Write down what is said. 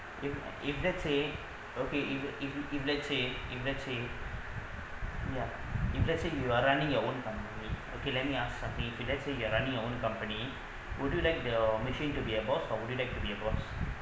if if let's say okay if if if let's say if let's say ya if let's say you are running your own company okay let me ask something if you let's say you are running your own company would you like the machine to be a boss or would you like to be a boss